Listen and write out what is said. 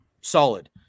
solid